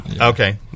Okay